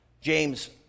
James